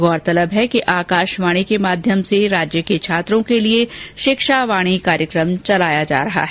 गौरतलब है कि आकाशवाणी के माध्यम से राज्य के छात्रों के लिए शिक्षा वाणी कार्यक्रम भी चलाया जा रहा है